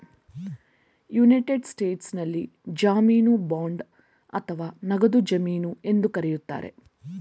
United ಸ್ಟೇಟ್ಸ್ನಲ್ಲಿ ಜಾಮೀನು bond ಅಥವಾ ನಗದು ಜಮೀನು ಎಂದು ಕರೆಯುತ್ತಾರೆ